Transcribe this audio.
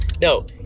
No